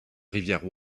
rivière